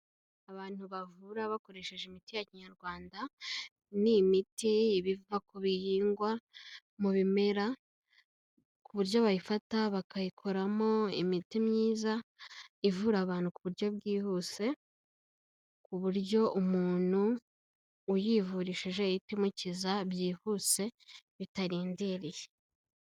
Abantu bavura bakoresheje imiti ya Kinyarwanda. Iyi ni imiti iba iva ku bihingwa mu bimera ku buryo bayifata bakayikoramo imiti myiza ivura abantu ku buryo bwihuse, ku buryo umuntu uyivurishije ihita imukiza byihuse bitarindiriye.